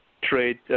Trade